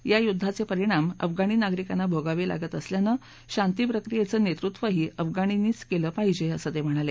या युद्धाचे परिणाम अफगाणी नागरिकांना भोगावे लागत असल्यानं शांती प्रक्रियेचं नेतृत्वही अफगाणींनीच केलं पाहिजे असं ते म्हणाले